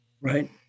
Right